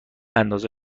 انداز